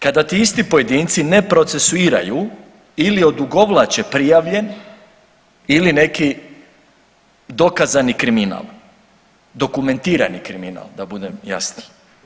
Kada ti isti pojedinci ne procesuiraju ili odugovlače prijave ili neki dokazani kriminal, dokumentirani kriminal da budem jasniji.